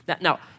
Now